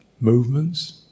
Movements